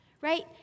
Right